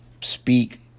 speak